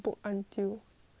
ya